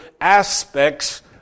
aspects